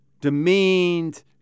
demeaned